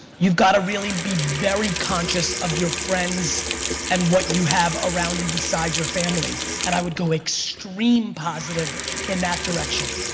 you've got to really be very conscious of your friends and what you have around you beside your family and i would go extreme positive in that direction.